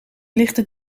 lichten